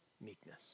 meekness